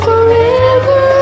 Forever